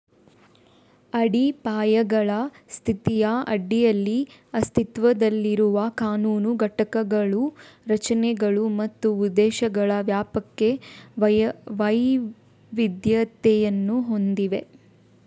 ಅಡಿಪಾಯಗಳ ಸ್ಥಿತಿಯ ಅಡಿಯಲ್ಲಿ ಅಸ್ತಿತ್ವದಲ್ಲಿರುವ ಕಾನೂನು ಘಟಕಗಳು ರಚನೆಗಳು ಮತ್ತು ಉದ್ದೇಶಗಳ ವ್ಯಾಪಕ ವೈವಿಧ್ಯತೆಯನ್ನು ಹೊಂದಿವೆ